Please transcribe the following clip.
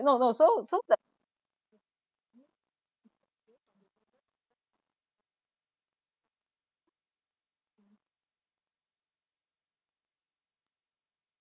no no so so that